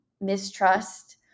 mistrust